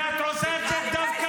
לך ----- ואת עושה את זה דווקא,